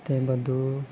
તે બધું